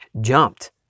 jumped